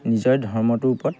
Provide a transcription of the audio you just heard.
নিজৰ ধৰ্মটোৰ ওপৰত